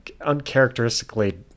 uncharacteristically